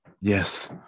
yes